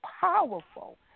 powerful